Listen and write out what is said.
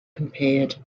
compared